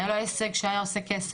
היה לו עסק שהוא היה עושה כסף.